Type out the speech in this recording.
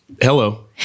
Hello